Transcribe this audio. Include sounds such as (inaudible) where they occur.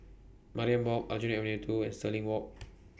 Mariam Walk Aljunied Avenue two and Stirling Walk (noise)